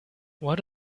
what